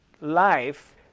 life